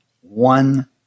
one